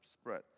spread